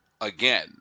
again